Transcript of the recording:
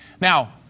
Now